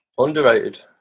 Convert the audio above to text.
Underrated